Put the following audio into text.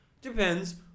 Depends